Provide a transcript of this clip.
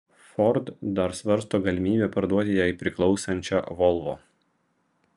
ford dar svarsto galimybę parduoti jai priklausančią volvo